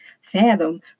fathom